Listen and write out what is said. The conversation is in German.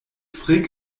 frick